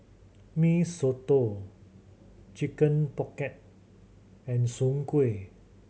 Mee Soto Chicken Pocket and soon kway